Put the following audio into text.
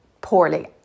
poorly